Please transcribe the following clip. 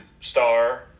star